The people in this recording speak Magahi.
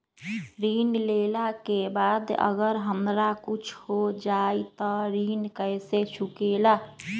ऋण लेला के बाद अगर हमरा कुछ हो जाइ त ऋण कैसे चुकेला?